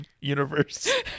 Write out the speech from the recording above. universe